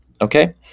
Okay